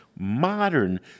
modern